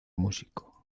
músico